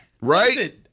Right